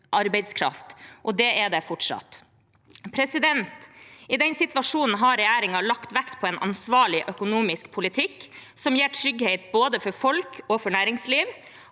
– og er det fortsatt. I den situasjonen har regjeringen lagt vekt på en ansvarlig økonomisk politikk som gir trygghet både for folk og for næringsliv.